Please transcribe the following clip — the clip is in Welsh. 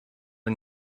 yng